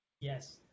Yes